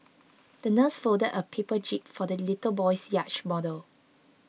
the nurse folded a paper jib for the little boy's yacht model